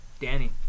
Danny